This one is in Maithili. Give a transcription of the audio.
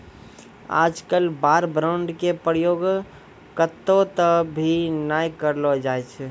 आजकल वार बांड के प्रयोग कत्तौ त भी नय करलो जाय छै